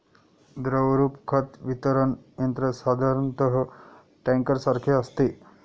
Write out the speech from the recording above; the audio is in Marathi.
द्रवरूप खत वितरण यंत्र साधारणतः टँकरसारखे असते